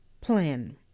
plan